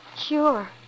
Sure